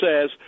says